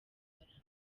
kubabara